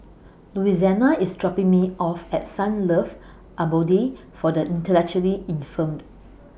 Louisiana IS dropping Me off At Sunlove Abode For The Intellectually Infirmed